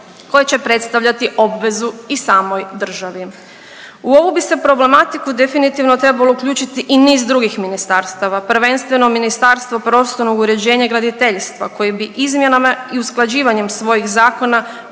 koje će predstavljati obvezu i samoj državi. U ovu bi se problematiku definitivno trebalo uključiti i niz drugih ministarstava, prvenstveno Ministarstvo prostornog uređenja i graditeljstva koje bi izmjenama i usklađivanjem svojih zakona,